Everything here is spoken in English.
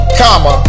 comma